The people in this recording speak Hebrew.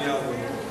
ההצעה להעביר את